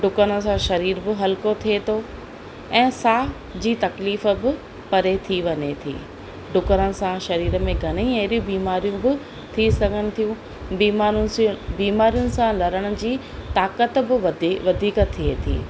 डुकण सां सरीर बि हलको थिए थो ऐं साह जी तकलीफ़ बि परे थी वञे थी डुकण सां सरीर में घणेई अहिड़ियूं बीमारियूं बि थी सघनि थियूं बीमारियुनि सां बीमारियुनि सां लड़ण जी ताक़त बि वधे वधीक थिए थी